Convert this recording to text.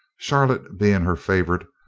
charlotte being her favourite,